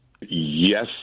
Yes